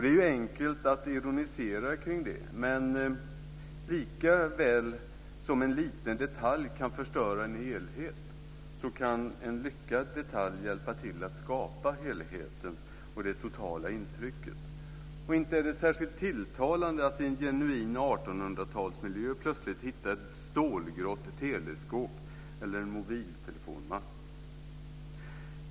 Det är enkelt att ironisera kring det, men likaväl som en liten detalj kan förstöra en helhet kan en lyckad detalj hjälpa till att skapa helheten och det totala intrycket. Inte är det särskilt tilltalande att i en genuin 1800-talsmiljö plötsligt hitta ett stålgrått teleskåp eller en mobiltelefonmast.